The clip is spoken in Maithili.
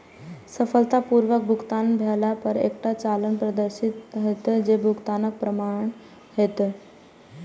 सफलतापूर्वक भुगतान भेला पर एकटा चालान प्रदर्शित हैत, जे भुगतानक प्रमाण हैत